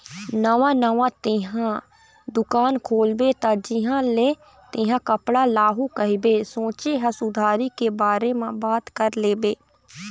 नवा नवा तेंहा दुकान खोलबे त जिहाँ ले तेंहा कपड़ा लाहू कहिके सोचें हस उधारी के बारे म बात कर लेबे